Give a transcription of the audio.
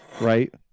right